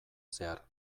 zehar